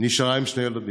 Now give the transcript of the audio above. נשארה עם שני ילדים.